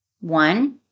One